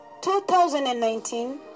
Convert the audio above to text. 2019